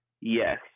Yes